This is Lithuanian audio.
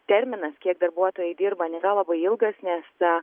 terminas kiek darbuotojai dirba nėra labai ilgas nes